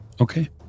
Okay